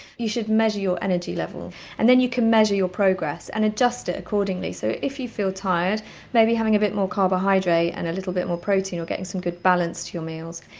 you should measure your energy level and then you can measure your progress and adjust it accordingly. so if you feel tired maybe having a bit more carbohydrate and a little bit more protein or getting some good balance to your meals.